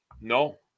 No